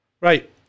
Right